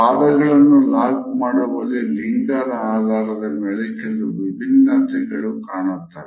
ಪಾದಗಳನ್ನು ಲಾಕ್ ಮಾಡುವಲ್ಲಿ ಲಿಂಗದ ಆಧಾರದ ಮೇಲೆ ಕೆಲವು ಭಿನ್ನತೆಗಳು ಕಾಣುತ್ತದೆ